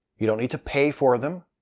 you don't have to pay for them,